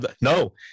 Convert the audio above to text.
no